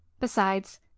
Besides